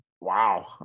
Wow